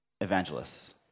evangelists